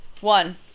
one